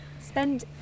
spend